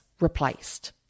replaced